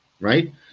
right